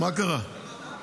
מה קרה?